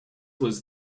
was